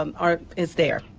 um are is there.